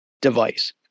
device